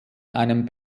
einem